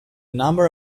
number